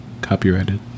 Copyrighted